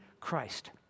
Christ